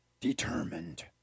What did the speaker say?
determined